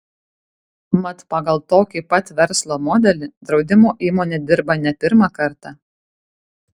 mat pagal tokį pat verslo modelį draudimo įmonė dirba ne pirmą kartą